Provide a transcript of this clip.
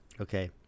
Okay